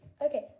Okay